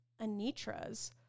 Anitra's